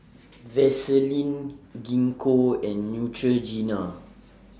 Vaselin Gingko and Neutrogena